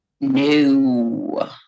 No